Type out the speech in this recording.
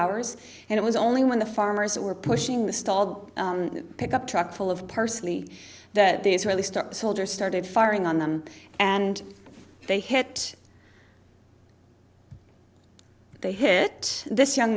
hours and it was only when the farmers were pushing the stalled pickup truck full of personally that the israeli start soldiers started firing on them and they hit they hit this young